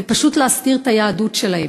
ופשוט להסתיר את היהדות שלהם.